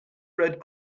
red